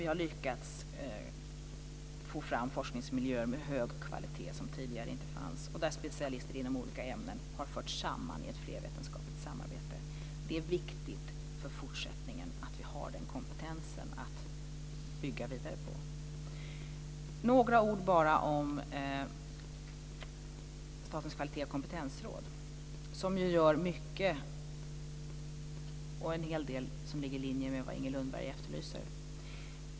Vi har lyckats få fram forskningsmiljöer av hög kvalitet som tidigare inte fanns där specialister inom olika ämnen har förts samman i flervetenskapligt samarbete. Det är viktigt för fortsättningen att vi har den kompetensen att bygga vidare på. Så vill jag bara säga några ord om Statens kvalitets och kompetensråd. Det gör ju mycket, och en hel del som ligger i linje med vad Inger Lundberg efterlyser.